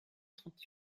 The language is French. trente